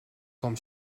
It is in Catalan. com